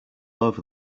over